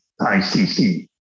ICC